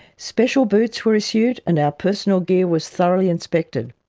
special boots were issued and our personal gear was thoroughly inspected.